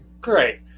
Great